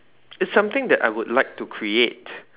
it's something that I would like to create